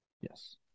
Yes